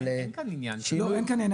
אין כאן עניין בריאותי.